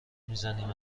میزنم